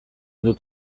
dut